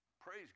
Praise